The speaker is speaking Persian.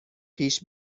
پیش